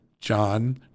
John